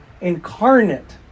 incarnate